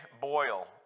Boyle